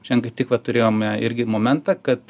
šiandien kaip tik va turėjome irgi momentą kad